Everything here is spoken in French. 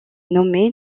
nommé